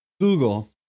Google